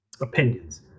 opinions